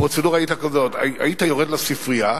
הפרוצדורה היתה כזאת: היית יורד לספרייה,